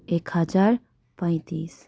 एक हजार पैँतिस